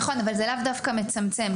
נכון, אבל זה לאו דווקא מצמצם.